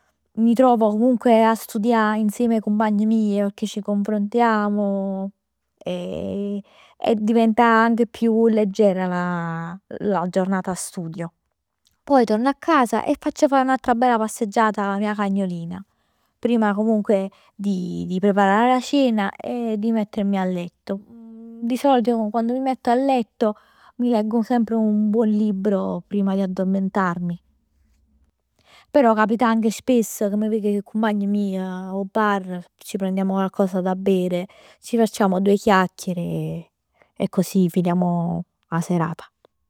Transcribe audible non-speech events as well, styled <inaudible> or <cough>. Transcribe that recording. Mi trovo comunque a studià cu 'e cumpagn meje pecchè ci confrontiamo e <hesitation> diventa anche più leggera la, la giornata studio. Poi ritorno a casa e faccio fare un'altra bella passeggiata alla mia cagnolina. Prima comunque di di preparare la cena e di mettermi a letto. Di solito quando mi metto a letto mi leggo sempre un buon libro prima di addormentarmi. Però capita anche spesso che m' veg cu 'e cumpagne meje 'o bar. Ci prendiamo qualcosa da bere, ci facciamo due chiacchiere e così finiamo la serata.